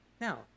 Now